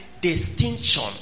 distinction